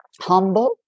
humble